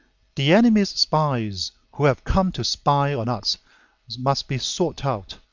the enemy's spies who have come to spy on us must be sought out,